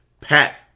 Pat